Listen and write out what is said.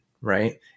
right